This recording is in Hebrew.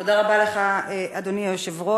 תודה רבה לך, אדוני היושב-ראש.